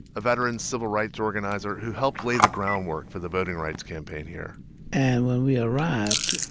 a veteran civil rights organizer who helped lay the groundwork for the voting rights campaign here and when we arrived,